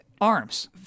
ARMS